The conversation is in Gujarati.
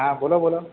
હા બોલો બોલો